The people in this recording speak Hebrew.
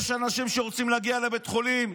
יש אנשים שרוצים להגיע לבית החולים.